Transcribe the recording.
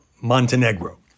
Montenegro